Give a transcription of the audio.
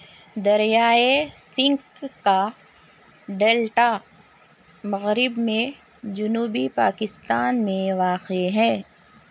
دریائے سنکھ کا ڈیلٹا مغرب میں جنوبی پاکستان میں واقع ہے